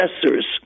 successors